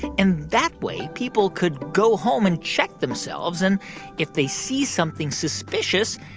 and that way people could go home and check themselves, and if they see something suspicious,